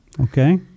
Okay